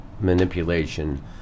manipulation